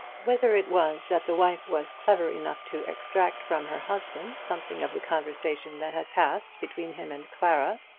whether it was that the wife was clever enough to extract from her husband something of the conversation that had passed between him and clara,